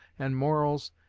and morals,